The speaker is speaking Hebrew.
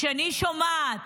כשאני שומעת